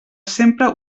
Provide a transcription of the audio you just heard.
sempre